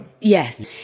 Yes